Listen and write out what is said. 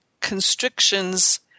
constrictions